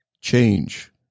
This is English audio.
change